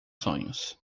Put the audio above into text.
sonhos